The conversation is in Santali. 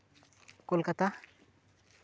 ᱠᱳᱞᱠᱟᱛᱟ